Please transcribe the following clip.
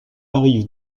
arrive